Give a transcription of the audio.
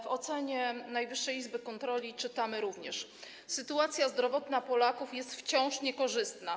W ocenie Najwyższej Izby Kontroli czytamy: sytuacja zdrowotna Polaków jest wciąż niekorzystna.